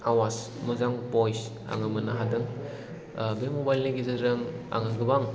आवाज मोजां भ'इस आङो मोननो हादों बे मबाइल नि गेजेरजों आङो गोबां